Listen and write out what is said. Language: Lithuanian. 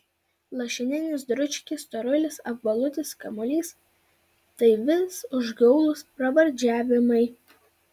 lašininis dručkis storulis apvalutis kamuolys tai vis užgaulūs pravardžiavimai